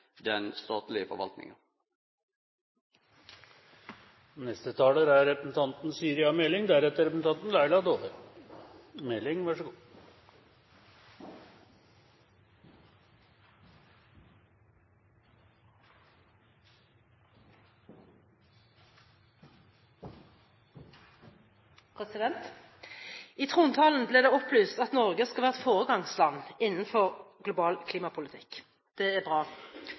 den statlege forvaltinga. I trontalen ble det opplyst at Norge skal være et foregangsland innenfor global klimapolitikk. Det er bra.